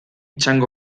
txango